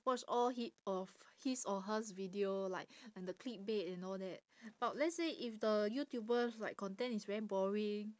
watch all hi~ of his or hers video like and the clickbait and all that but let's say if the youtuber's like content is very boring